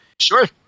Sure